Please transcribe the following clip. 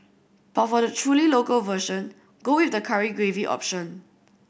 but for the truly local version go with the curry gravy option